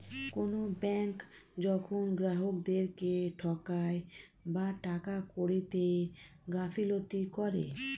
কোনো ব্যাঙ্ক যখন গ্রাহকদেরকে ঠকায় বা টাকা কড়িতে গাফিলতি করে